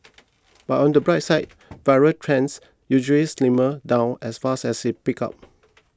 but on the bright side viral trends usually slimmer down as fast as it peaks up